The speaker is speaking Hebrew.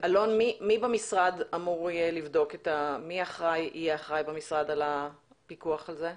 מי במשרד יהיה אחראי על הפיקוח על זה?